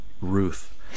Ruth